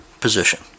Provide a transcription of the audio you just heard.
position